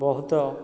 ବହୁତ